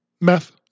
meth